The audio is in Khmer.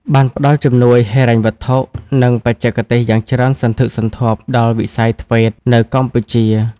បានផ្តល់ជំនួយហិរញ្ញវត្ថុ និងបច្ចេកទេសយ៉ាងច្រើនសន្ធឹកសន្ធាប់ដល់វិស័យ ធ្វេត TVET នៅកម្ពុជា។